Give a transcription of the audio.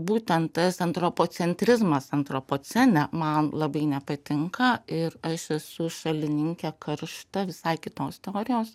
būtent tas antropocentrizmas antropocene man labai nepatinka ir aš esu šalininkė karšta visai kitos teorijos